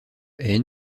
est